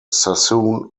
sassoon